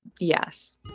Yes